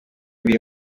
biri